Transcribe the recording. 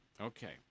Okay